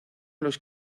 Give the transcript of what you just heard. los